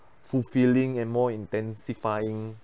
fulfilling and more intensifying